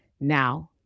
Now